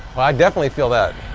i definitely feel that.